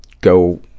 go